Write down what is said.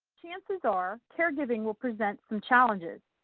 chances are, caregiving will present some challenges.